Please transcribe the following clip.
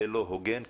זה לא הוגן.